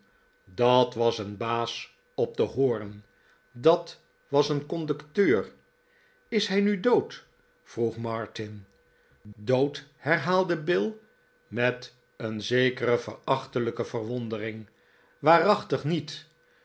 dat was een baas op den hoorn dat was een conducteur is hij nu dood vroeg martin dood herhaalde bill met een zekere verachtelijke verwondering waarachtig niet